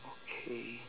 okay